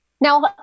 Now